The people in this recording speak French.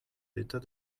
l’état